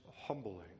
humbling